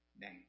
name